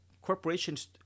corporations